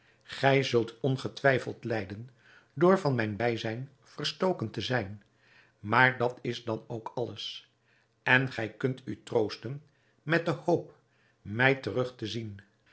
gij zult ongetwijfeld lijden door van mijn bijzijn verstoken te zijn maar dat is dan ook alles en gij kunt u troosten met de hoop mij terug te zien